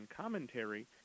commentary